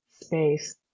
space